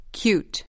cute